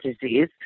disease